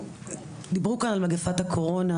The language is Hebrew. דיברו כאן על מגפת הקורונה.